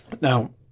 Now